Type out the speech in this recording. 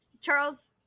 Charles